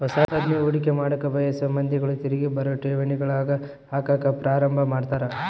ಹೊಸದ್ಗಿ ಹೂಡಿಕೆ ಮಾಡಕ ಬಯಸೊ ಮಂದಿಗಳು ತಿರಿಗಿ ಬರೊ ಠೇವಣಿಗಳಗ ಹಾಕಕ ಪ್ರಾರಂಭ ಮಾಡ್ತರ